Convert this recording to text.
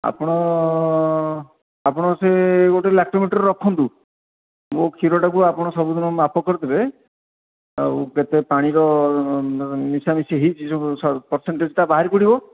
ଆପଣ ଆପଣ ସେ ଗୋଟେ ଲାକ୍ଟୋମିଟର୍ ରଖନ୍ତୁ ମୁଁ କ୍ଷୀରଟାକୁ ଆପଣ ସବୁଦିନ ମାପ କରିଦେବେ ଆଉ କେତେ ପାଣିର ମିଶାମିଶି ହୋଇଛି ସବୁ ପର୍ସେନ୍ଟେଜ୍ଟା ବାହାରିପଡ଼ିବ